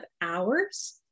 hours